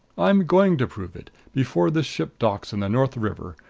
i'm going to prove it before this ship docks in the north river.